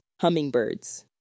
hummingbirds